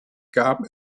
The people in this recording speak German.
gab